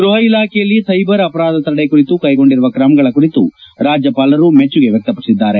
ಗೃಹ ಇಲಾಖೆಯಲ್ಲಿ ಸೈಬರ್ ಅಪರಾಧ ತಡೆ ಕುರಿತು ಕೈಗೊಂಡಿರುವ ಕ್ರಮಗಳ ಕುರಿತು ರಾಜ್ಯಪಾಲರು ಮೆಚ್ಚುಗೆ ವ್ಯಕ್ತಪಡಿಸಿದ್ದಾರೆ